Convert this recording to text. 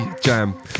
jam